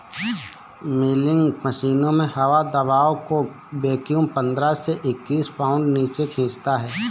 milking मशीनों में हवा दबाव को वैक्यूम पंद्रह से इक्कीस पाउंड नीचे खींचता है